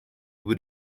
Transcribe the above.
would